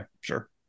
sure